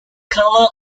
color